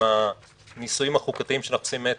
עם הניסויים החוקתיים שאנחנו עושים מעת